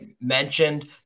mentioned